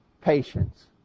patience